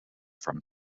from